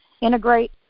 integrate